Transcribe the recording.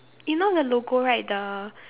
you know the logo right the